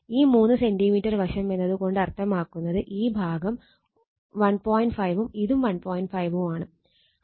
ഈ 3 സെന്റിമീറ്റർ വശം എന്നത് കൊണ്ട് അർത്ഥമാക്കുന്നത് ഈ ഭാഗം 1